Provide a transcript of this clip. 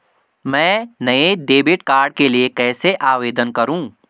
मैं नए debit card के लिए कैसे आवेदन करूं?